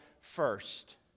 first